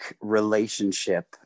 relationship